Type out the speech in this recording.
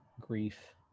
grief